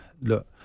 Look